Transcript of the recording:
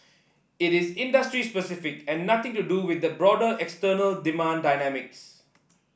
it is industry specific and nothing to do with the broader external demand dynamics